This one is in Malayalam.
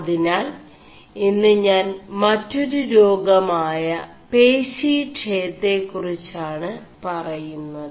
അതിനാൽ ഇM് ഞാൻ മൊരു േരാഗമായ േപശി യെø കുറിgാണ് പറയുMത്